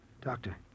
Doctor